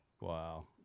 Wow